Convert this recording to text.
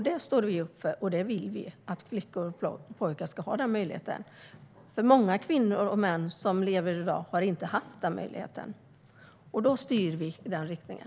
Det står vi upp för, för vi vill att flickor och pojkar ska ha denna möjlighet. Många kvinnor och män som lever i dag har inte haft denna möjlighet, och därför styr vi i den riktningen.